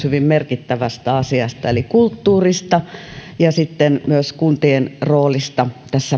hyvin merkittävästä asiasta eli kulttuurista ja sitten myös kuntien roolista